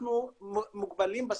אנחנו מוגבלים בסמכות,